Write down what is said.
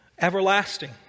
everlasting